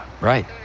right